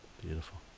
Beautiful